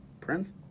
Prince